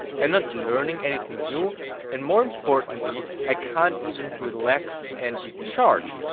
and not learning anything new and more importantly, i can't even relax and recharge,